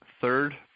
third